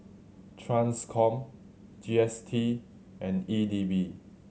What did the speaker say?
Transcom G S T and E D B